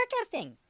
Broadcasting